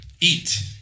Eat